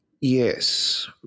Yes